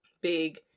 big